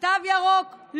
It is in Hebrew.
תו ירוק,